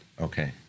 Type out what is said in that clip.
Okay